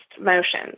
motion